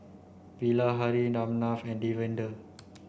Bilahari Ramnath and Davinder